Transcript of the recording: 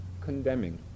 condemning